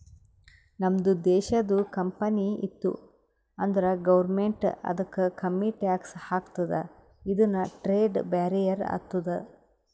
ನಮ್ದು ದೇಶದು ಕಂಪನಿ ಇತ್ತು ಅಂದುರ್ ಗೌರ್ಮೆಂಟ್ ಅದುಕ್ಕ ಕಮ್ಮಿ ಟ್ಯಾಕ್ಸ್ ಹಾಕ್ತುದ ಇದುನು ಟ್ರೇಡ್ ಬ್ಯಾರಿಯರ್ ಆತ್ತುದ